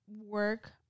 work